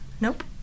Nope